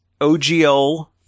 OGL